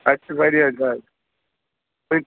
اَتہِ چھِ واریاہ